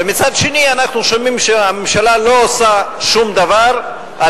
ומצד שני אנחנו שומעים שהממשלה לא עושה שום דבר על